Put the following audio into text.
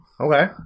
Okay